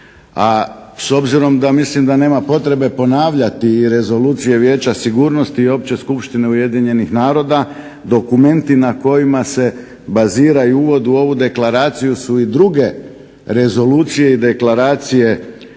s obzirom da mislim da nema potrebe ponavljati i rezolucije Vijeća sigurnosti i opće skupštine Ujedinjenih naroda dokumenti na kojima se bazira i uvod u ovu deklaraciju su i druge rezolucije i deklaracije